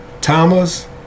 Thomas